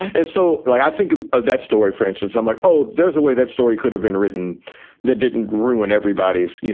and so, like, i think of that story, for instance, i'm like, oh, there's a way that story could have been written that didn't ruin everybody's day,